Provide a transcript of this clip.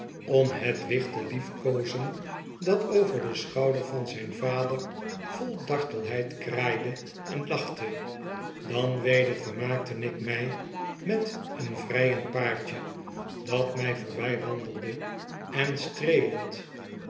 om het wicht te liefkoozen dat over den schouder van zyn vader vol dartelheid kraaide en lachte dan weder vermaakte ik mij met een vryend paartje dat my voor by wandelde en streelend